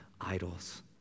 idols